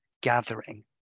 gathering